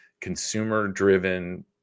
consumer-driven